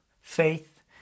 faith